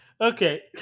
Okay